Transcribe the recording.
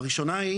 הראשונה,